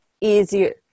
easier